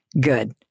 Good